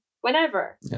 whenever